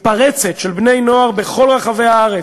מתפרצת של בני-נוער בכל רחבי הארץ,